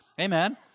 Amen